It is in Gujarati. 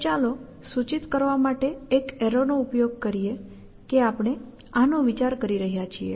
તો ચાલો સૂચિત કરવા માટે એક એર્રો નો ઉપયોગ કરીએ કે આપણે આનો વિચાર કરી રહ્યા છીએ